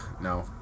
no